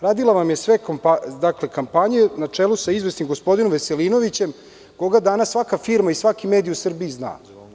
Radila vam je sve kampanje na čelu sa izvesnim gospodinom Veselinovićem, koga danas svaka firma i svaki mediji u Srbiji znaju.